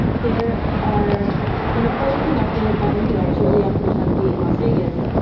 there are in a poll conducted by npr shortly after the tragedy in las vegas,